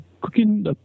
cooking